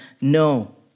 no